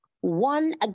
one